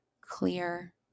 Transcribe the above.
clear